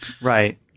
Right